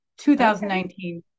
2019